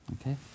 Okay